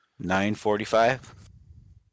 9:45